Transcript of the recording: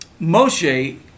Moshe